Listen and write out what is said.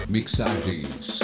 Mixagens